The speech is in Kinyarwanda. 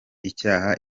icyaha